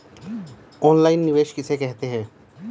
Online निवेश किसे कहते हैं?